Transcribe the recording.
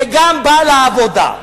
וגם בא לעבודה.